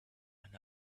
and